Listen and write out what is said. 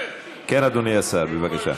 כן, אדוני השר, בבקשה.